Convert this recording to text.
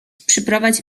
przyprowadź